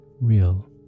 real